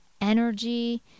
energy